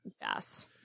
Yes